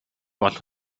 олох